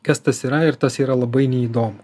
kas tas yra ir tas yra labai neįdomu